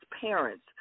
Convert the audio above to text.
parents